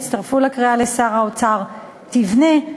הצטרפו לקריאה לשר האוצר: תבנה,